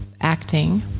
acting